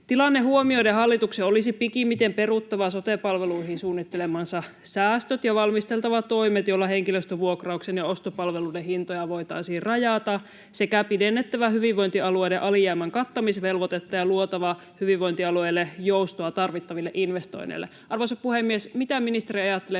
Tilanne huomioiden hallituksen olisi pikimmiten peruttava sote-palveluihin suunnittelemansa säästöt ja valmisteltava toimet, joilla henkilöstövuokrauksen ja ostopalveluiden hintoja voitaisiin rajata, sekä pidennettävä hyvinvointialueiden alijäämän kattamisvelvoitetta ja luotava hyvinvointialueille joustoa tarvittaville investoinneille. Arvoisa puhemies! Mitä ministeri ajattelee